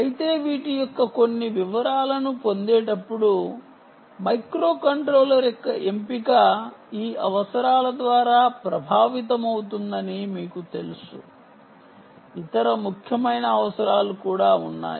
అయితే వీటి యొక్క కొన్ని వివరాలను పొందేటప్పుడు మైక్రోకంట్రోలర్ యొక్క ఎంపిక ఈ అవసరాల ద్వారా ప్రభావితమవుతుందని మీకు తెలుసు ఇతర ముఖ్యమైన అవసరాలు కూడా ఉన్నాయి